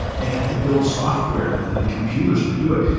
they had to build software and computers to do it.